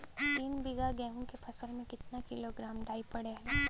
तीन बिघा गेहूँ के फसल मे कितना किलोग्राम डाई पड़ेला?